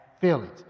feelings